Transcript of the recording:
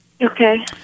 Okay